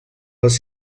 les